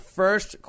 first